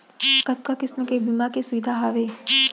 कतका किसिम के बीमा के सुविधा हावे?